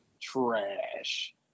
trash